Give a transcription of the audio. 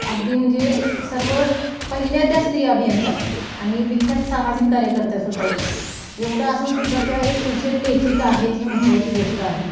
अगदी म्हणजे सर्व पहिल्या त्या स्त्री अभियंता आणि विख्यात सामाजिक कार्यकर्त्या सुद्धा आहेत एवढं असून सुद्धा त्या एक कुशल लेखिका आहेत ही महत्त्वाची गोष्ट आहे